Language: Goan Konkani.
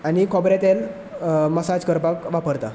खोबरें तेल मसाज करपाक वापरतां